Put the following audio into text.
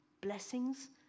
blessings